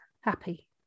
happy